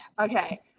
Okay